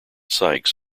sykes